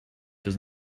does